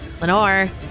Lenore